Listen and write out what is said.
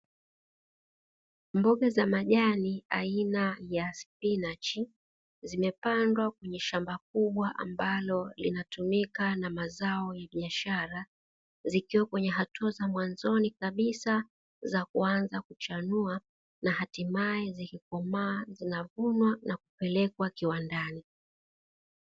Mboga za majani aina ya spinachi zimepandwa kwenye shamba kubwa ambalo linatumika na mazao ya biashara, zikiwa kwenye hatua za mwanzoni kabisa za kuanza kuchanua na hatimaye zikikomaa zinavunwa na kupelekwa kiwandani.